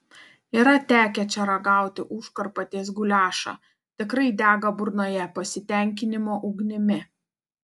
yra tekę čia ragauti užkarpatės guliašą tikrai dega burnoje pasitenkinimo ugnimi